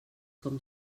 com